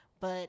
But-